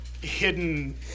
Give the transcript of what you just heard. Hidden